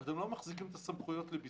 אבל אתם לא מחזיקים את הסמכויות לביצוע.